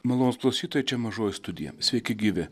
malonūs klausytojai čia mažoji studija sveiki gyvi